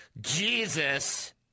Jesus